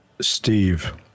Steve